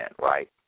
right